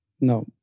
No